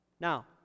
Now